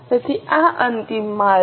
તેથી આ અંતિમ માલ છે